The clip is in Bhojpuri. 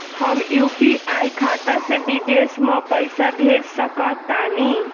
हम यू.पी.आई खाता से विदेश म पइसा भेज सक तानि?